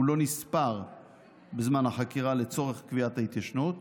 הוא לא נספר בזמן החקירה לצורך קביעת ההתיישנות.